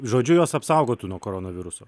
žodžiu jos apsaugotų nuo koronaviruso